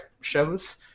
shows